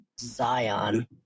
Zion